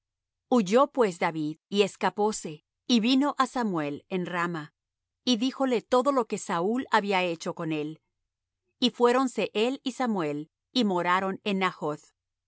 huyó pues david y escapóse y vino á samuel en rama y díjole todo lo que saúl había hecho con él y fuéronse él y samuel y moraron en najoth